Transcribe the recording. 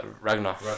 Ragnar